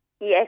Yes